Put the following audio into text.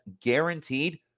guaranteed